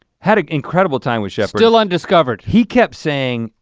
had an incredible time with shepherd. still undiscovered. he kept saying,